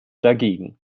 dagegen